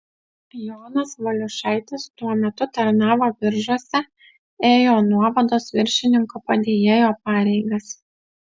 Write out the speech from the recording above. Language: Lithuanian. jonas valiušaitis tuo metu tarnavo biržuose ėjo nuovados viršininko padėjėjo pareigas